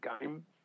game